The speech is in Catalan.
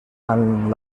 amb